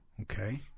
Okay